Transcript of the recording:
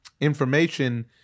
information